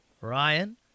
Ryan